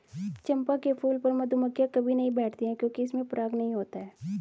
चंपा के फूल पर मधुमक्खियां कभी नहीं बैठती हैं क्योंकि इसमें पराग नहीं होता है